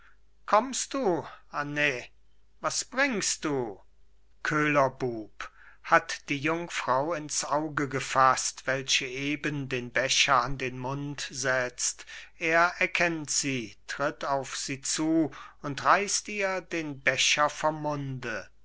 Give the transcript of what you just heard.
kommst du anet was bringst du köhlerbub hat die jungfrau ins auge gefaßt welche eben den becher an den mund setzt er erkennt sie tritt auf sie zu und reißt ihr den becher vom